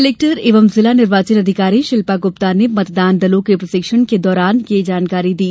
collector एवं जिला निर्वाचन अधिकारी शिल्पा गुप्ता ने मतदान दलों के प्रशिक्षण के दौरान यह जानकारी दी